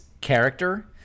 character